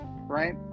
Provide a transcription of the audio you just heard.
right